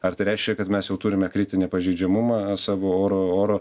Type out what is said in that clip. ar tai reiškia kad mes jau turime kritinį pažeidžiamumą savo oro oro